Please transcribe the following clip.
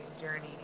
journey